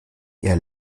ihr